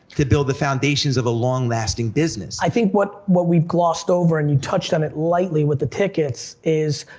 to build the foundations of a long-lasting business. i think what what we've glossed over, and you've touched on it lightly with the tickets is,